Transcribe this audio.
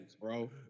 bro